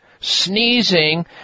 sneezing